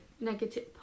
Negative